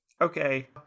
Okay